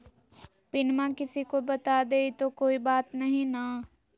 पिनमा किसी को बता देई तो कोइ बात नहि ना?